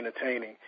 Entertaining